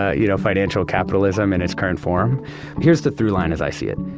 ah you know, financial capitalism in its current form. but here's the through line as i see it.